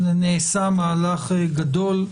נעשה מהלך גדול,